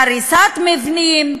בהריסת מבנים,